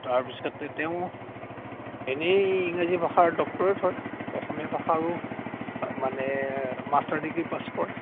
তাৰপিছতে তেওঁ এনেই ইংৰাজী ভাষাৰ ডক্টৰেত হয় অসমীয়া ভাষাৰো মানে মাষ্টাৰ ডিগ্ৰী পাছ কৰে